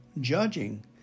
judging